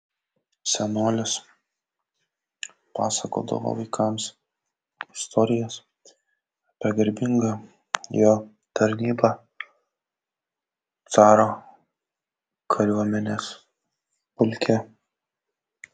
senolis pasakodavo vaikams istorijas apie garbingą jo tarnybą caro kariuomenės pulke